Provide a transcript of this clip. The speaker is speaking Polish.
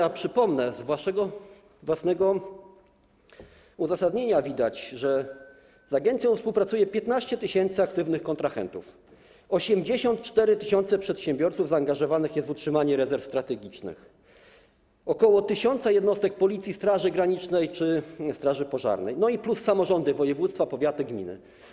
A przypomnę, że z waszego własnego uzasadnienia widać, że z agencją współpracuje 15 tys. aktywnych kontrahentów, 84 tys. przedsiębiorców zaangażowanych jest w utrzymanie rezerw strategicznych, ok. 1 tys. jednostek Policji, Straży Granicznej czy straży pożarnej, plus samorządy: województwa, powiaty, gminy.